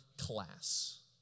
class